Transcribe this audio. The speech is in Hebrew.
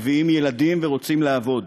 רוצים לעבוד,